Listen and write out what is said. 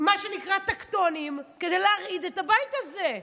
מה שנקרא, טקטוניים, כדי להרעיד את הבית הזה.